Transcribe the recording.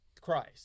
christ